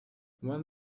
when